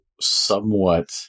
somewhat